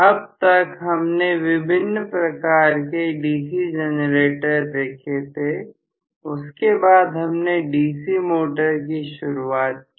अब तक हमने विभिन्न प्रकार के DC जनरेटर देखे थेउसके बाद हमने DC मोटर की शुरुआत की